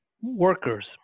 workers